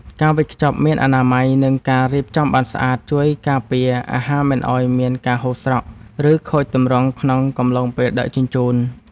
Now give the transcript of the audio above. ការវេចខ្ចប់មានអនាម័យ និងការរៀបចំបានស្អាតជួយការពារអាហារមិនឱ្យមានការហូរស្រក់ ឬខូចទម្រង់ក្នុងកំឡុងពេលដឹកជញ្ជូន។